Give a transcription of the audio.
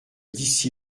d’ici